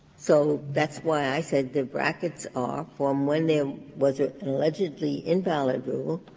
so that's why i said the brackets are from when there was an allegedly invalid rule,